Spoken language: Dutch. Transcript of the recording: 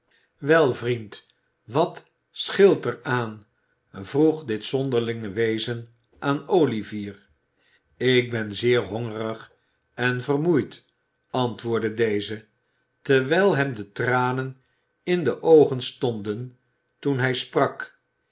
wel vriend wat scheelt er aan vroeg dit zonderlinge wezen aan olivier ik ben zeer hongerig en vermoeid antwoordde deze terwijl hem de tranen in de oogen stonden toen hij sprak